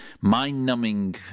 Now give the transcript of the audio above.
mind-numbing